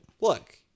look